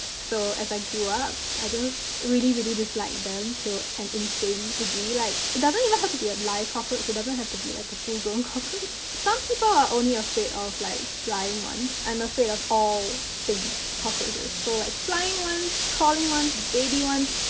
so as i grew up, i just really, really dislike them to an insane degree. like, it doesn't even have to be a live cockroach. it doesn't have to be like a full-grown cockroach. some people are only afraid of, like, flying ones. i'm afraid of all things cockroaches. so, like, flying ones, crawling ones, baby ones,